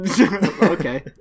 okay